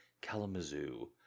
Kalamazoo